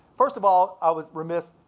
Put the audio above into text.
first of all, i was remiss.